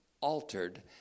altered